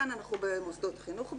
כאן אנחנו במוסדות חינוך,